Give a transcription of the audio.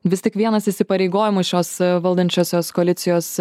vis tik vienas įsipareigojimų šios valdančiosios koalicijos